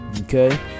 Okay